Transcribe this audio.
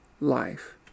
life